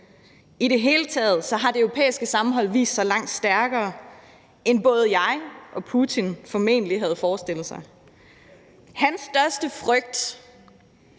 i det hele taget har det europæiske sammenhold vist sig langt stærkere, end både jeg og Putin formentlig havde forestillet sig. Hans største frygt